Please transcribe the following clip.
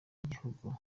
y’igihugu